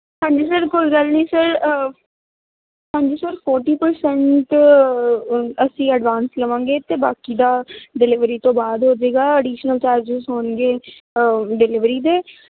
ਹਾਂਜੀ ਸਰ ਕੋਈ ਗੱਲ ਨਹੀਂ ਸਰ ਹਾਂਜੀ ਸਰ ਫੋਟੀ ਪ੍ਰਸੈਂਟ ਅਸੀਂ ਐਡਵਾਂਸ ਲਵਾਂਗੇ ਅਤੇ ਬਾਕੀ ਦਾ ਡਿਲੀਵਰੀ ਤੋਂ ਬਾਅਦ ਹੋ ਜਾਵੇਗਾ ਅਡੀਸ਼ਨਲ ਚਾਰਜਸ ਹੋਣਗੇ ਡਿਲੀਵਰੀ ਦੇ